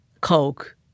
Coke